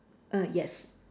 err yes